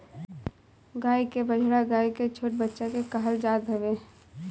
गाई के बछड़ा गाई के छोट बच्चा के कहल जात हवे